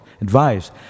advised